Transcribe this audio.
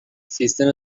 سیستم